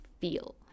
feel